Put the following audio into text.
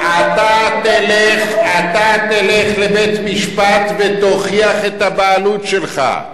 אתה תלך לבית-משפט ותוכיח את הבעלות שלך.